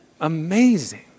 Amazing